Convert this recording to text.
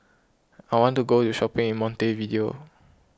I want to go shopping in Montevideo